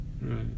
right